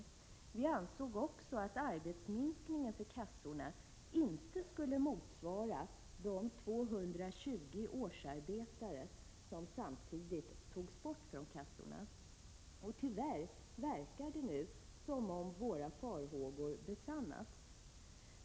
Vi i vpk ansåg också att arbetsminskningen för kassorna inte skulle motsvara de 220 årsarbetare som samtidigt togs bort från kassorna. Tyvärr verkar det nu som om våra farhågor besannats.